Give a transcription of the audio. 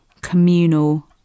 communal